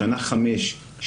שנה חמישית,